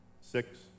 six